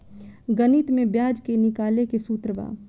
गणित में ब्याज के निकाले के सूत्र बा